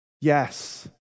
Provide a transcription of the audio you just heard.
yes